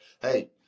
hey